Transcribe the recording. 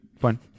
Fine